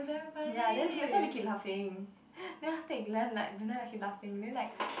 ya then that's why keep laughing then after glendon like glendon like keep laughing then like